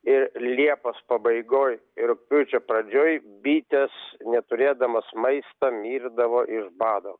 ir liepos pabaigoj ir rugpjūčio pradžioj bitės neturėdamos maisto mirdavo iš bado